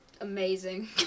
amazing